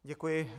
Děkuji.